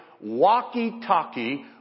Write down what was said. walkie-talkie